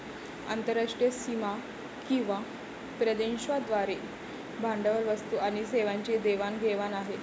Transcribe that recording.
आंतरराष्ट्रीय सीमा किंवा प्रदेशांद्वारे भांडवल, वस्तू आणि सेवांची देवाण घेवाण आहे